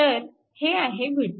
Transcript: तर हे आहे v2